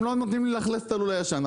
הם לא נותנים לי לאכלס את הלול הישן.